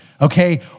okay